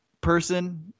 person